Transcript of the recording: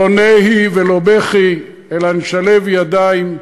לא נהי ולא בכי, אלא נשלב ידיים,